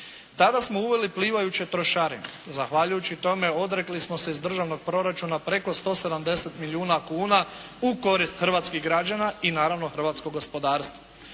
Tada smo uveli plivajuće trošarine. Zahvaljujući tome odrekli smo se iz državnog proračuna preko 170 milijuna kuna u korist hrvatskih građana i naravno hrvatskog gospodarstva.